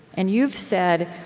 and you've said,